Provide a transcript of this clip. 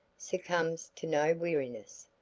succumbs to no weariness.